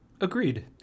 agreed